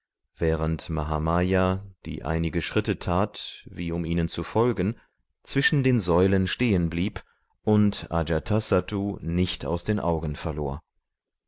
während mahamaya die einige schritte tat wie um ihnen zu folgen zwischen den säulen stehen blieb und ajatasattu nicht aus den augen verlor